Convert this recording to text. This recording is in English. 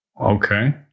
Okay